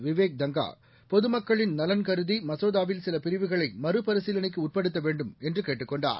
விவேக் தங்கா பொதுமக்களின் நலன் கருதி மசோதாவில் சில பிரிவுகளை மறுபரிசீலனைக்கு உட்படுத்த வேண்டும் என்று கேட்டுக் கொண்டார்